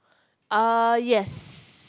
uh yes